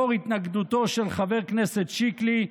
לנוכח התנגדותו של חבר כנסת שיקלי,